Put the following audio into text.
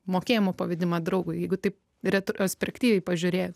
mokėjimo pavedimą draugui jeigu taip retrosprektyviai pažiūrėt